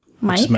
Mike